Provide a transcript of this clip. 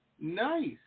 Nice